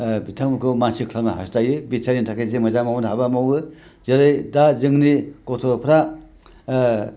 बिथांमोनखौ मानसि खालामनो हासथायो बिटिआरनि थाखाय जे मोजां हाब्ला मावो जेरै दा जोंनि गथ'फ्रा